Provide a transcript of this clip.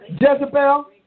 Jezebel